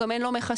גם אין לו מכסות,